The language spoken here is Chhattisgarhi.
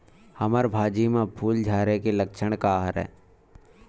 हमर भाजी म फूल झारे के लक्षण का हरय?